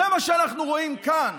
זה מה שאנחנו רואים כאן,